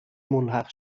ملحق